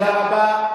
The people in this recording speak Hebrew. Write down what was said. תודה רבה.